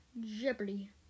Jeopardy